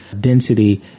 density